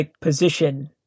position